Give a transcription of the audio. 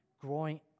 growing